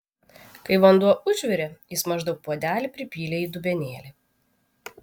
kai vanduo užvirė jis maždaug puodelį pripylė į dubenėlį